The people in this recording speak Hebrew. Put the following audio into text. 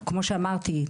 כמו שאמרתי,